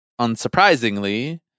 unsurprisingly